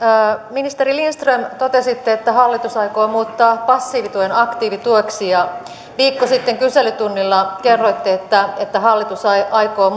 ministeri lindström totesitte että hallitus aikoo muuttaa passiivituen aktiivitueksi ja viikko sitten kyselytunnilla kerroitte että että hallitus aikoo